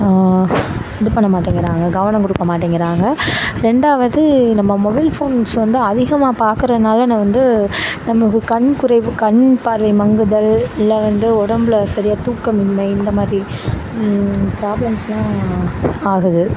இது பண்ண மாட்டேங்கிறாங்க கவனம் கொடுக்க மாட்டேங்கிறாங்க ரெண்டாவது நம்ம மொபைல் ஃபோன்ஸ் வந்து அதிகமாக பார்க்கறனால நான் வந்து நமக்கு கண் குறைவு கண் பார்வை மங்குதல் இல்லை வந்து உடம்புல சரியாக தூக்கம் இன்மை இந்த மாதிரி ப்ராப்ளம்ஸ்லாம் ஆகுது